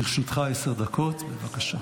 לרשותך עשר דקות, בבקשה.